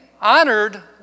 honored